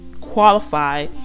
qualify